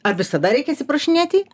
ar visada reikia atsiprašinėti